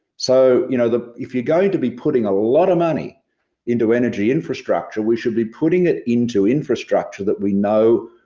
so you know that if you're going to be putting a lot of money into energy infrastructure, we should be putting it into infrastructure that we know,